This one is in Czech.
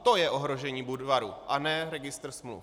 To je ohrožení Budvaru, a ne registr smluv.